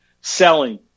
Selling